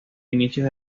inicios